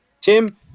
Tim